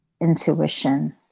intuition